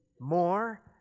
more